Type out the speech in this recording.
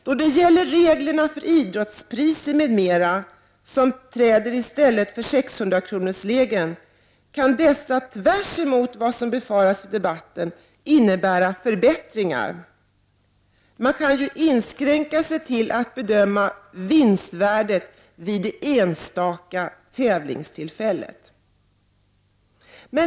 Då det gäller reglerna för idrottspriser m.m. som träder i stället för 600 kronorsregeln kan dessa tvärtemot vad som befaras i debatten innebära förbättringar. Man kan ju inskränka sig till att bedöma vinstvärdet vid det enstaka tävlingstillfället.